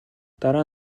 дараа